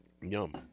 Yum